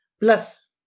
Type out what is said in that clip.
Plus